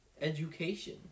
Education